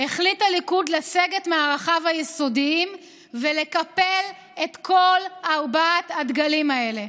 החליט הליכוד לסגת מערכיו היסודיים ולקפל את כל ארבעת הדגלים האלה.